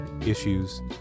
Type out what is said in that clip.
issues